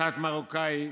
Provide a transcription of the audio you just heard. קצת מרוקני,